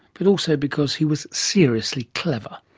but also because he was seriously clever.